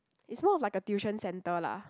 is more of like a tuition centre lah